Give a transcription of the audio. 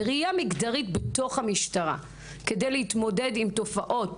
בראייה מגדרית בתוך המשטרה כדי להתמודד עם תופעות